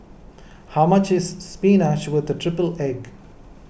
how much is Spinach with Triple Egg